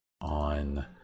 on